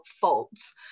faults